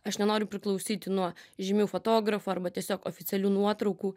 aš nenoriu priklausyti nuo žymių fotografų arba tiesiog oficialių nuotraukų